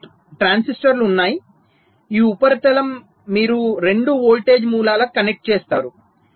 మీకు ఈ ట్రాన్సిస్టర్లు ఉన్నాయి ఈ ఉపరితలం మీరు రెండు వోల్టేజ్ మూలాలకు కనెక్ట్ చేస్తారు